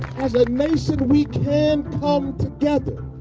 as a nation, we can come together.